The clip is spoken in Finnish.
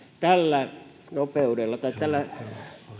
tällä nopeudella tai tällä